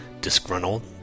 Disgruntled